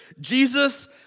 Jesus